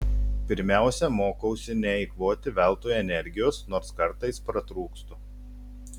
pirmiausia mokausi neeikvoti veltui energijos nors kartais pratrūkstu